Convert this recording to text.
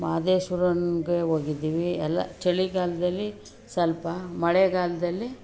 ಮಹದೇಶ್ವರಂಗೆ ಹೋಗಿದ್ದೀವಿ ಎಲ್ಲ ಚಳಿಗಾಲದಲ್ಲಿ ಸ್ವಲ್ಪ ಮಳೆಗಾಲದಲ್ಲಿ